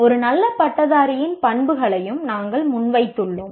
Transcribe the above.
ஒரு நல்ல பட்டதாரியின் பண்புகளையும் நாங்கள் முன்வைத்துள்ளோம்